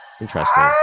interesting